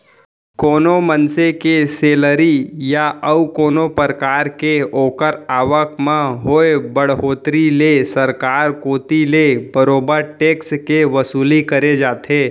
कोनो मनसे के सेलरी या अउ कोनो परकार के ओखर आवक म होय बड़होत्तरी ले सरकार कोती ले बरोबर टेक्स के वसूली करे जाथे